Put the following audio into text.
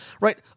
right